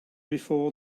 before